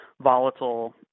volatile